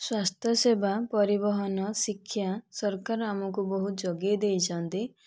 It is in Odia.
ସ୍ଵାସ୍ଥ୍ୟ ସେବା ପରିବହନ ଶିକ୍ଷା ସରକାର ଆମକୁ ବହୁତ ଯୋଗାଇ ଦେଇଛନ୍ତି